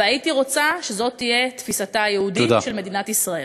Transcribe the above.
והייתי רוצה שזאת תהיה תפיסתה היהודית של מדינת ישראל.